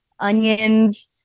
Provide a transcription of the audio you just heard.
Onions